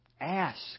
Ask